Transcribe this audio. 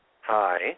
Hi